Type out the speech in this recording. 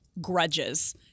grudges